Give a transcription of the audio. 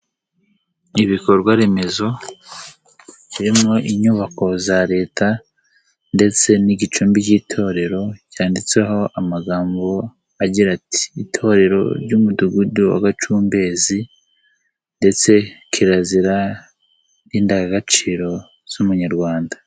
Ibikorwa remezo birimo inyubako za Leta ndetse n'igicumbi cy'itorero, cyanditseho amagambo agira ati'' itorero ry'Umudugudu wa Gacumbezi ndetse kirazira, indangagaciro z'umunyarwanda.''